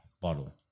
bottle